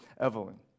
Evelyn